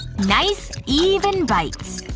nice, even bites.